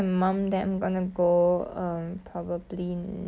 until the bed right ya 阿嬷讲 ya